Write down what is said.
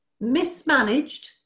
mismanaged